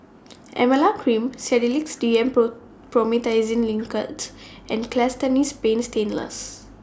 Emla Cream Sedilix D M Promethazine Linctus and Castellani's Paint Stainless